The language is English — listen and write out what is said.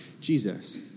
Jesus